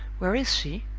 where is she?